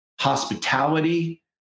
hospitality